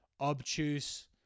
obtuse